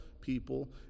people